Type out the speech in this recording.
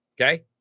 Okay